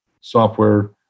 software